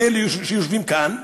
מאלה שיושבים כאן,